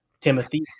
Timothy